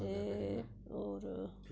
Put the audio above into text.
ते होर